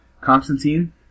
Constantine